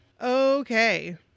Okay